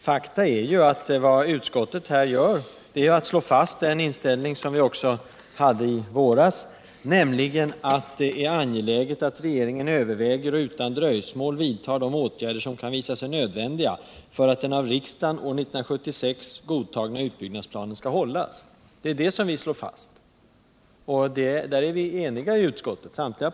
Faktum är att utskottet slår fast den inställning som det hade också i våras, nämligen att det är angeläget att regeringen överväger och utan dröjsmål vidtar de åtgärder som kan visa sig nödvändiga för att den av riksdagen år 1976 godtagna utbyggnadsplanen skall kunna hållas. Om detta är också samtliga partier i utskottet eniga.